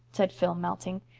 said phil, melting.